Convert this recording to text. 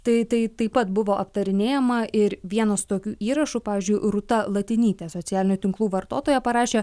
tai tai taip pat buvo aptarinėjama ir vienas tokių įrašų pavyzdžiui rūta latinytė socialinių tinklų vartotoja parašė